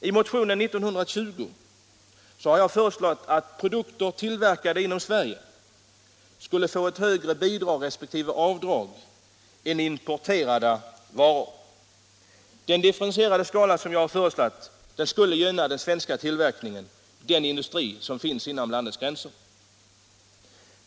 I motionen 1420 har jag föreslagit att produkter, tillverkade inom Sverige, skulle få ett högre bidrag resp. avdrag än importerade varor. Den differentierade skala som jag har föreslagit skulle gynna den industri som finns inom landets gränser.